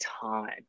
time